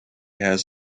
has